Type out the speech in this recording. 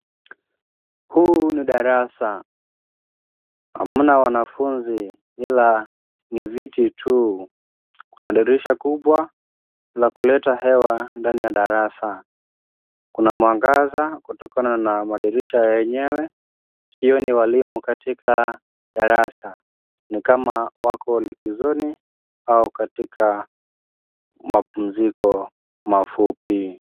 Huu ni darasa, hamna wanafunzi ila ni viti tu, kuna dirisha kubwa la kuleta hewa ndani ya darasa, kuna mwangaza kutokana na mandirisha yenyewe, sioni waalimu katika darasa, ni kama wako likizoni au katika mapumziko mafupi.